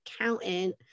accountant